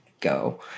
go